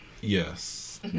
Yes